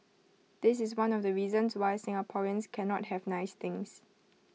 this is one of the reasons why Singaporeans cannot have nice things